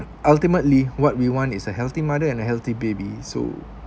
ultimately what we want is a healthy mother and healthy baby so